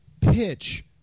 pitch